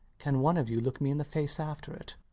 can one of you look me in the face after it?